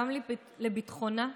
גם לביטחונה,